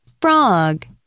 frog